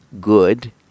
good